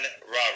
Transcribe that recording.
Robert